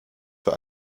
für